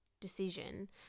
decision